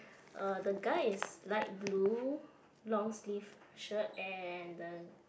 uh the guy is light blue long sleeve shirt and the